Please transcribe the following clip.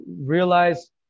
realize